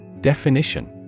Definition